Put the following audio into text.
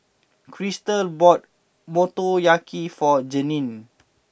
Cristal bought Motoyaki for Jeannie